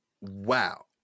Wow